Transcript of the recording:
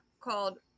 called